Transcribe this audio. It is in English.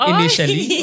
Initially